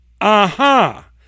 Aha